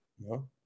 No